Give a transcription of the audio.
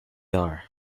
are